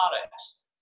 products